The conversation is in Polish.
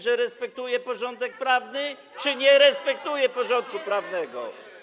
Czy respektuje porządek prawny, czy nie respektuje porządku prawnego.